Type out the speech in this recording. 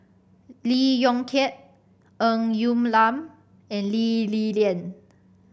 Lee Yong Kiat Ng Lam and Lee Li Lian